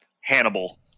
Hannibal